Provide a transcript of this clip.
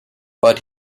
but